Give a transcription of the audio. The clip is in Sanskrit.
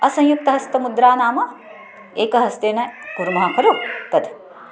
असंयुक्तहस्तमुद्रा नाम एकहस्तेन कुर्मः खलु तत्